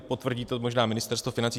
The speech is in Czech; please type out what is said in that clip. Potvrdí to možná Ministerstvo financí.